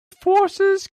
forces